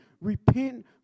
repent